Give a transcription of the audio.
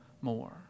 more